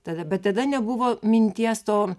tada bet tada nebuvo minties to